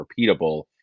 repeatable